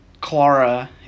clara